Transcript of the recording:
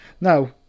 Now